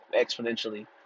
exponentially